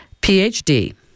Ph.D